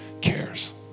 cares